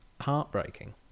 heartbreaking